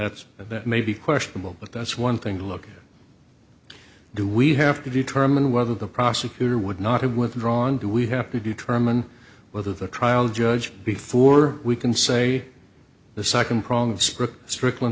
that's that may be questionable but that's one thing to look at do we have to determine whether the prosecutor would not have withdrawn do we have to determine whether the trial judge before we can say the s